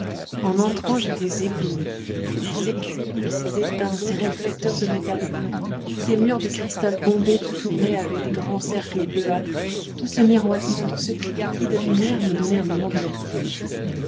en entrant j'étais ébloui ces cuivres ces étains ces réflecteurs de métal blanc ces murs de cristal bombé qui tournaient avec des grands cercles bleuâtres tout ce miroitement tout ce cliquetis de lumières me donnait un moment de vertige